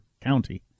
county